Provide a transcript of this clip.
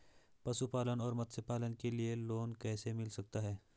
पशुपालन और मत्स्य पालन के लिए लोन कैसे मिल सकता है?